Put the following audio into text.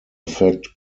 affect